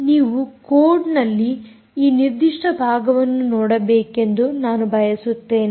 ನೀವು ಕೋಡ್ ನಲ್ಲಿ ಈ ನಿರ್ದಿಷ್ಟ ಭಾಗವನ್ನು ನೋಡಬೇಕೆಂದು ನಾನು ಬಯಸುತ್ತೇನೆ